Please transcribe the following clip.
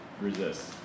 resist